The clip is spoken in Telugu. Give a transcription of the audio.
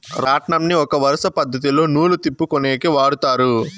రాట్నంని ఒక వరుస పద్ధతిలో నూలు తిప్పుకొనేకి వాడతారు